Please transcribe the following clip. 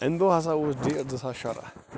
امہِ دۄہ ہسا اوس ڈیٹ زٕ ساس شُراہ